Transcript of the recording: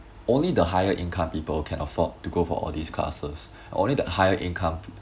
only the higher income people can afford to go for all these classes only the higher income